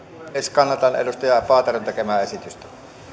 kannatan edustaja paateron tekemää esitystä